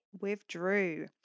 withdrew